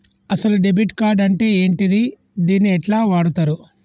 అసలు debit card అంటే ఏంటిది? దీన్ని ఎట్ల వాడుతరు?